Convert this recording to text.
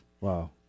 Wow